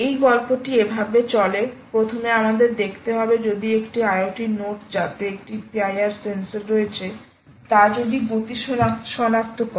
এই গল্পটি এভাবে চলে প্রথমে আমাদের দেখতে হবে যদি একটি IoT নোড যাতে একটি PIR সেন্সর রয়েছে তা যদি গতি শনাক্ত করে